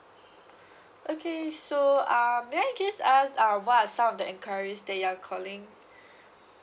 okay so um may I just ask um what are some of the enquiries that you're calling